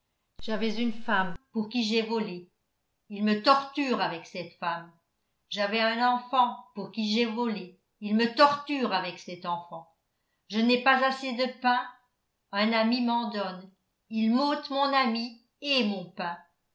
j'avais une femme pour qui j'ai volé il me torture avec cette femme j'avais un enfant pour qui j'ai volé il me torture avec cet enfant je n'ai pas assez de pain un ami m'en donne il m'ôte mon ami et mon pain